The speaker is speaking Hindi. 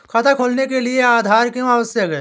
खाता खोलने के लिए आधार क्यो आवश्यक है?